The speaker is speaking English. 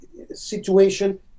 Situation